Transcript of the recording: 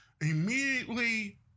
immediately